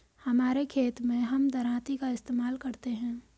हमारे खेत मैं हम दरांती का इस्तेमाल करते हैं